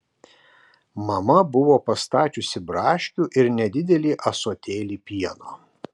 mama buvo pastačiusi braškių ir nedidelį ąsotėlį pieno